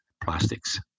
plastics